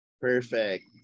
Perfect